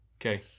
Okay